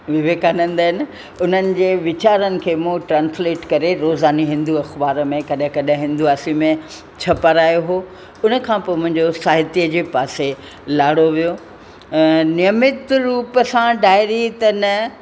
विवेकानंद आहिनि उन्हनि जे वीचारनि खे मूं ट्रांसलेट करे रोज़ानी हिंदू अख़बार में कॾहिं कॾहिं हिंदवासी में छपारायो हो उन खां पोइ मुंहिंजो साहित्य जे पासे लाड़ो वियो ऐं नियमित रूप सां डायरी त न